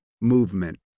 movement